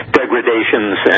degradations